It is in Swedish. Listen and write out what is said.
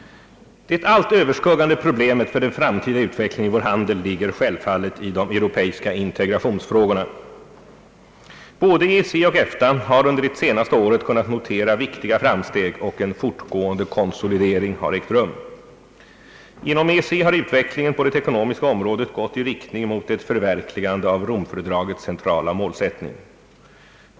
Det allt överskuggande problemet för den framtida utvecklingen av vår handel ligger självfallet i de europeiska integrationsfrågorna. Både EEC och EFTA har under det senaste året kunnat notera viktiga framsteg och en fortgående konsolidering har ägt rum. Inom EEC har utvecklingen på det ekonomiska området gått i riktning mot ett förverkligande av romfördragets centrala målsättning.